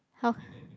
how